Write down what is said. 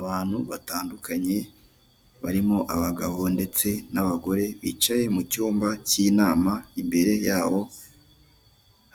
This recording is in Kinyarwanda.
Abantu batandukanye barimo abagabo ndetse n'abagore bicaye mu cyumba k'inama imbere yabo